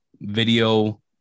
video